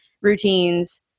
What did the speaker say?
routines